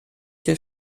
dir